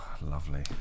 lovely